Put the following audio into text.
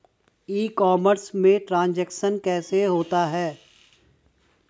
ई commerce में transaction कैसे होता है?